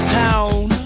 town